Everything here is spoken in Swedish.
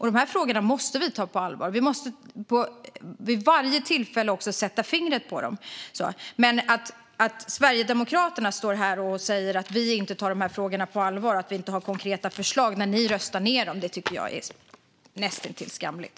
De här frågorna måste vi ta på allvar. Vi måste vid varje tillfälle också sätta fingret på dem. Men att Sverigedemokraterna står här och säger att vi inte tar frågorna på allvar och inte har några konkreta förslag när det är ni som röstar ned dem tycker jag är näst intill skamligt.